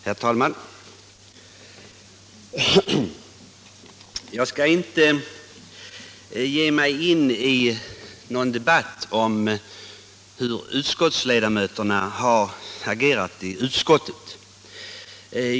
Herr talman! Jag skall inte ge mig in i någon debatt om hur utskottsledamöterna har agerat i utskottet.